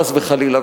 חס וחלילה.